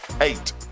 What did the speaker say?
Eight